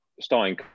starting